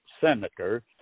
senator